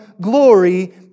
glory